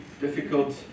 difficult